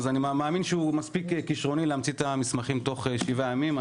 אני מאמין שהוא מספיק כשרוני להמציא את המסמכים תוך 7 ימים.